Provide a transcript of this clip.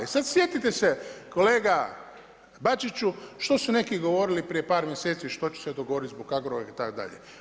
I sada sjetite se kolega Bačiću što su neki govorili prije par mjeseci što će se dogoditi zbog Agrokora itd.